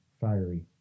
fiery